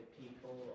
People